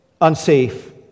unsafe